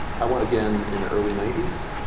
i went again in the early ninety s.